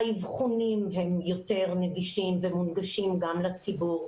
האבחונים הם יותר נגישים ומונגשים גם לציבור.